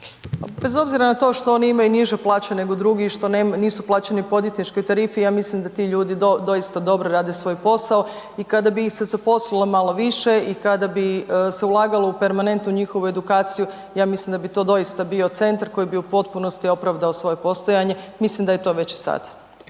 na to što oni imaju niže plaće nego drugi i što nisu plaćeni po odvjetničkoj tarifi, ja mislim da ti ljudi doista dobro rade svoj posao i kada bi ih se zaposlilo malo više i kada bi se ulagalo u permanent u njihovu edukaciju, ja mislim da bi to doista bio centar koji bi u potpunosti opravdao svoje postojanje, mislim da je to već i sad.